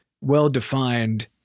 well-defined